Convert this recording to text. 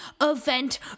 event